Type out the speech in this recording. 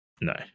No